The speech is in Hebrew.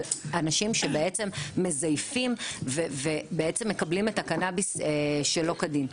אנשים שמזייפים ומקבלים את הקנביס שלא כדין.